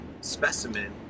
specimen